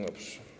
Dobrze.